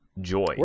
joy